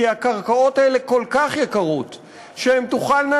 כי הקרקעות האלה כל כך יקרות שהן תוכלנה